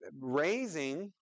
raising